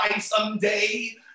someday